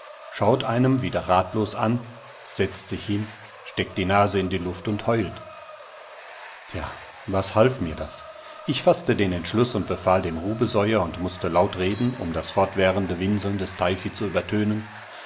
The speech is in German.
schaut einem wieder ratlos an setzt sich hin steckt die nase in die luft und heult ja was half mir das ich faßte den entschluß und befahl dem rubesoier und mußte laut reden um das fortwährende winseln des teifi zu übertönen